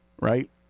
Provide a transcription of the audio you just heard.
right